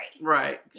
Right